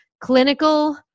clinical